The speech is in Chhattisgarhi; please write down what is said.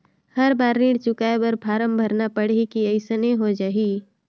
हर बार ऋण चुकाय बर फारम भरना पड़ही की अइसने हो जहीं?